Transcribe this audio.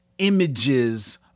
Images